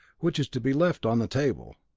which is to be left on the table.